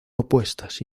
opuestas